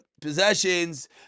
possessions